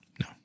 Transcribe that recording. No